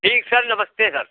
ठीक सर नमस्ते सर